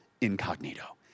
incognito